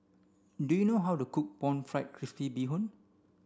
do you know how to cook pan fried crispy bee hoon